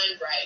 right